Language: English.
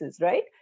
right